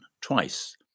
twice